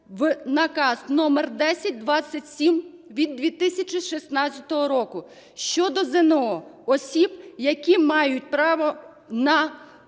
Наказ №1027 від 2016 року щодо ЗНО осіб, які мають право на вищу